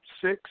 six